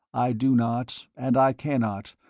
i do not, and i cannot,